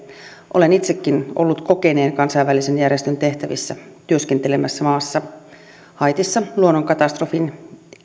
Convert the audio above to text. olen itsekin ollut kokeneen kansainvälisen järjestön tehtävissä työskentelemässä maassa haitissa luonnonkatastrofin